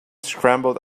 scrambled